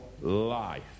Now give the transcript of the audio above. life